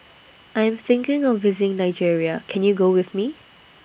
I'm thinking of visiting Nigeria Can YOU Go with Me